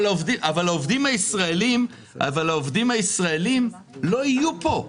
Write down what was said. אבל העובדים הישראלים לא יהיו פה,